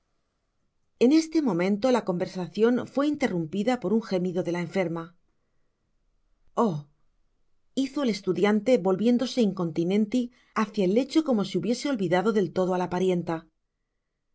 en este momento la conversacion fué interrumpida por un gemido de la enferma oh hizo el estudiante volviéndose incontinenti hácia el lecho como si hubiese olvidado del todo á la parienta b